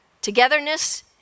togetherness